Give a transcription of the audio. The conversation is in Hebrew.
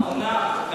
האומנם?